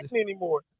anymore